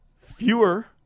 fewer